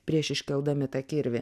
prieš iškeldami tą kirvį